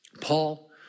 Paul